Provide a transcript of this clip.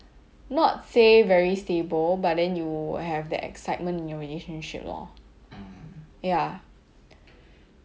not say very stable but then you have the excitement in your relationship lor ya